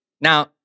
Now